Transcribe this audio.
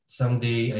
Someday